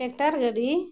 tractor ᱜᱟᱹᱰᱤ